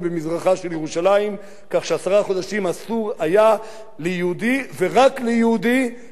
כך שעשרה חודשים אסור היה ליהודי ורק ליהודי לבנות בארץ-ישראל המקראית.